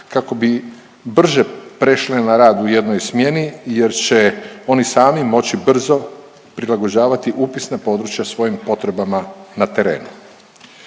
kako bi brže prešle na rad u jednoj smjeni jer će oni sami moći brzo prilagođavati upisna područja svojim potrebama na terenu.